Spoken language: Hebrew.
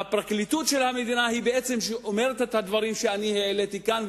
הפרקליטות של המדינה בעצם אומרת את הדברים שאני העליתי כאן,